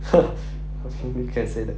you can say that